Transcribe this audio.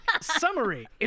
Summary